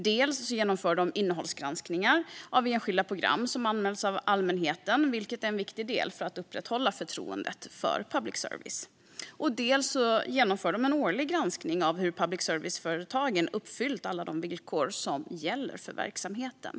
Granskningsnämnden genomför dels innehållsgranskningar av enskilda program som anmäls av allmänheten, vilket är en viktig del när det gäller att upprätthålla förtroendet för public service, dels en årlig granskning av hur public service-företagen uppfyller alla de villkor som gäller för verksamheten.